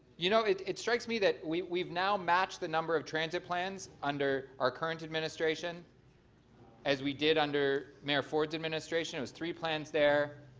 you know, it it strikes me that we've we've now matched the number of transit plans under our current administration as we did under mayor ford's administration, it was three plans there,